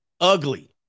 ugly